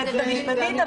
משפטית.